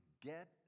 get